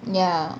ya